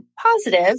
positive